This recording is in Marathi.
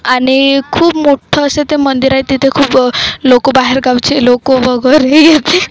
आणि खूप मोठं असं ते मंदिर आहे तिथे खूप लोक बाहेरगावचे लोक वगैरे येते